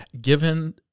given